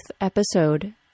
episode